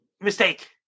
Mistake